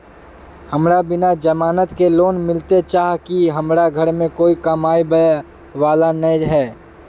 हमरा बिना जमानत के लोन मिलते चाँह की हमरा घर में कोई कमाबये वाला नय है?